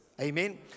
Amen